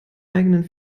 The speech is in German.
eigenen